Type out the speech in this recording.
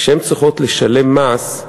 כשהן צריכות לשלם מס,